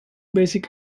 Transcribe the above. basic